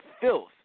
filth